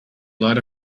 lot